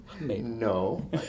No